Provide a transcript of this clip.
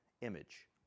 image